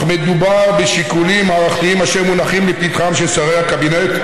אך מדובר בשיקולים מערכתיים אשר מונחים לפתחם של שרי הקבינט,